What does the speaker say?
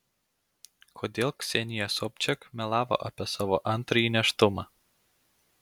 kodėl ksenija sobčiak melavo apie savo antrąjį nėštumą